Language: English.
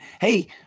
Hey